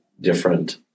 different